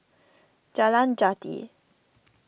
Jalan Jati